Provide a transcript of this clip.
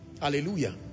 Hallelujah